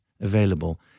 available